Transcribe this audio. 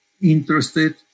interested